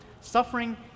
Suffering